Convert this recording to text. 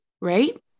right